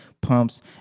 pumps